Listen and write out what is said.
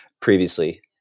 previously